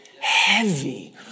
heavy